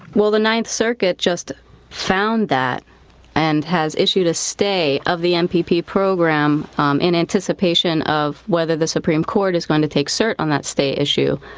well, the ninth circuit just found that and has issued a stay of the mpp program um in anticipation of whether the supreme court is going to take cert on that state issue,